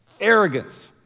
Arrogance